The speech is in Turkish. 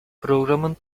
programın